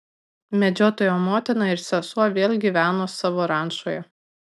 medžiotojo motina ir sesuo vėl gyveno savo rančoje